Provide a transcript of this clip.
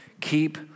keep